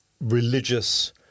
religious